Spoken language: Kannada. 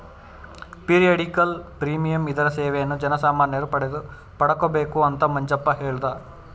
ಪೀರಿಯಡಿಕಲ್ ಪ್ರೀಮಿಯಂ ಇದರ ಸೇವೆಯನ್ನು ಜನಸಾಮಾನ್ಯರು ಪಡಕೊಬೇಕು ಅಂತ ಮಂಜಪ್ಪ ಹೇಳ್ದ